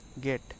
get